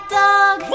dog